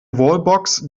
wallbox